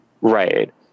right